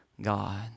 God